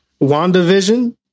WandaVision